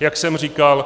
Jak jsem říkal,